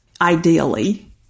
ideally